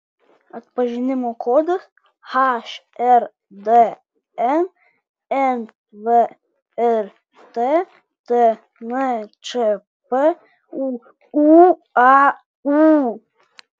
atpažinimo kodas hrdn nvrt tnčp uūaū